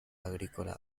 agrícola